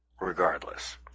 regardless